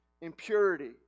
impurity